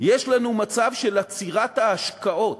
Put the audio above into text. יש לנו מצב של עצירת ההשקעות.